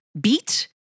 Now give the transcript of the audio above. beat